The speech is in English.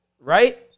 Right